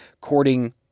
courting